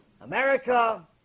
America